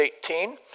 18